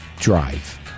drive